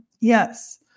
Yes